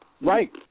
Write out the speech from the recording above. Right